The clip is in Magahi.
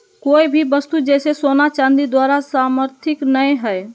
कोय भी वस्तु जैसे सोना चांदी द्वारा समर्थित नय हइ